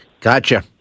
Gotcha